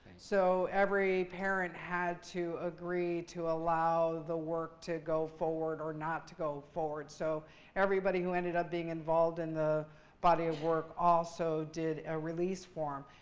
so every parent had to agree to allow the work to go forward or not to go forward. so everybody who ended up being involved in the body of work also did a release form.